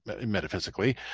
metaphysically